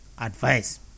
advice